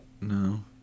no